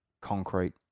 concrete